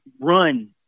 run